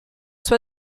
sua